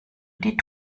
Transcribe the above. die